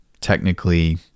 Technically